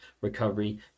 Recovery